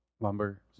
Lumber